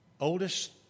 Oldest